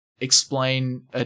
explain